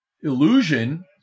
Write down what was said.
illusion